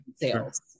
sales